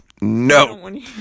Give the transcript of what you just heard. no